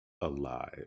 alive